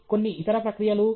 కొన్ని ఇతర ప్రక్రియలు 0